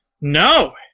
No